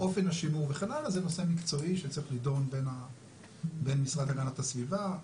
אופן השימור וכן האלה זה נושא מקצועי שצריך לידון בין משרד הגנת הסביבה,